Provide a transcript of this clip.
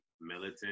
militant